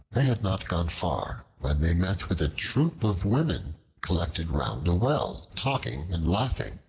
they had not gone far when they met with a troop of women collected round a well, talking and laughing.